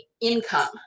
income